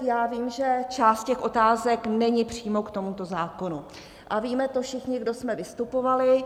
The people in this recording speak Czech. Já vím, že část těch otázek není přímo k tomuto zákonu, a víme to všichni, kdo jsme vystupovali.